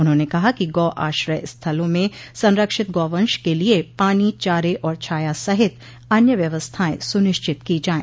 उन्होंने कहा कि गौ आश्रय स्थलों में संरक्षित गौवंश के लिये पानी चारे और छाया सहित अन्य व्यवस्थाएं सुनिश्चत की जाये